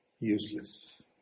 useless